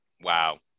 Wow